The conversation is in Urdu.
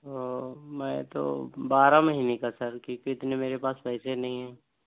اوہ میں تو بارہ مہینے کا سر کیونکہ اتنے میرے پاس پیسے نہیں ہیں